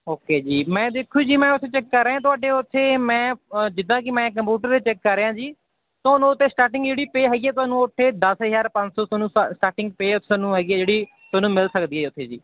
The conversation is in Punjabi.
ਓਕੇ ਜੀ ਮੈਂ ਦੇਖੋ ਜੀ ਮੈਂ ਉੱਥੇ ਚੈੱਕ ਕਰ ਰਿਹਾ ਤੁਹਾਡੇ ਉੱਥੇ ਮੈਂ ਜਿੱਦਾਂ ਕਿ ਮੈਂ ਕੰਪੂਟਰ ਦੇ ਚੈੱਕ ਕਰ ਰਿਹਾ ਜੀ ਤੁਹਾਨੂੰ ਉੱਥੇ ਸਟਾਰਟਿੰਗ ਜਿਹੜੀ ਪੇਅ ਹੈਗੀ ਆ ਤੁਹਾਨੂੰ ਉੱਥੇ ਦਸ ਹਜ਼ਾਰ ਪੰਜ ਸੌ ਤੁਹਾਨੂੰ ਸ ਸਟਾਰਟਿੰਗ ਪੇਅ ਉੱਥੇ ਤੁਹਾਨੂੰ ਹੈਗੀ ਆ ਜਿਹੜੀ ਤੁਹਾਨੂੰ ਮਿਲ ਸਕਦੀ ਹੈ ਉੱਥੇ ਜੀ